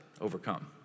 overcome